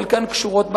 חלקן קשורות בנו,